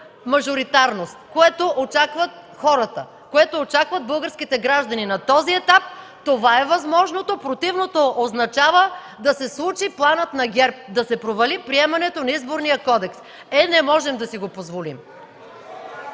мажоритарност, което очакват хората, което очакват българските граждани. На този етап това е възможното. Противното означава да се случи планът на ГЕРБ – да се провали приемането на Изборния кодекс. Е, не можем да си го позволим!